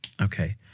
okay